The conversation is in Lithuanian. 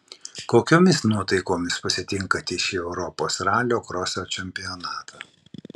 kokiomis nuotaikomis pasitinkate šį europos ralio kroso čempionatą